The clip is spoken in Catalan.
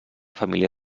família